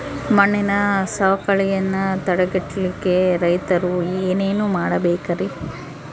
ಮಣ್ಣಿನ ಸವಕಳಿಯನ್ನ ತಡೆಗಟ್ಟಲಿಕ್ಕೆ ರೈತರು ಏನೇನು ಮಾಡಬೇಕರಿ?